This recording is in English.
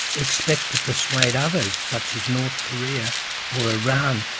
expect to persuade others, such as north korea or iran,